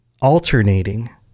alternating